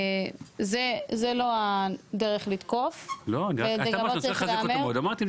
זוהי לא הדרך לתקוף, וזה גם לא צריך להיאמר.